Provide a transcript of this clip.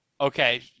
Okay